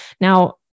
Now